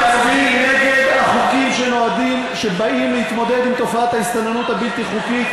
אתם מצביעים נגד החוקים שבאים להתמודד עם תופעת ההסתננות הבלתי-חוקית,